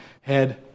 head